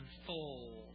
unfold